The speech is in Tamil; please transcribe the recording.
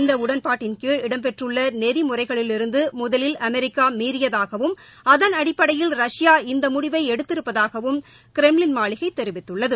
இந்த உடன்பாட்டின் கீழ் இடம்பெற்றுள்ள நெறிமுறைகளிலிருந்து முதலில் அமெரிக்கா மீறியதாகவும் அதன் அடிப்படையில் ரஷ்யா இந்த முடிவை எடுத்திருப்பதாகவும் க்ரம்ளின் மாளிகை தெரிவித்துள்ளது